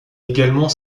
également